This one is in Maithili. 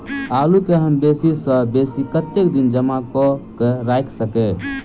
आलु केँ हम बेसी सऽ बेसी कतेक दिन जमा कऽ क राइख सकय